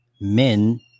men